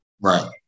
Right